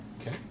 Okay